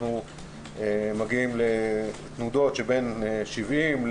אנחנו מגיעים לתנודות שבין 70,